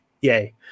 yay